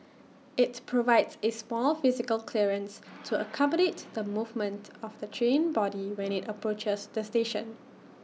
IT provides A small physical clearance to accommodate the movement of the train body when IT approaches the station